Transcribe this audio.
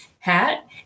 Hat